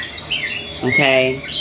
Okay